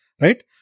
right